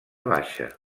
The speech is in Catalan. baixa